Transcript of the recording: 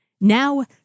Now